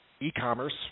e-commerce